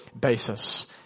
basis